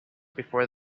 before